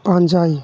ᱯᱟᱸᱡᱟᱭ